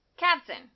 Captain